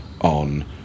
on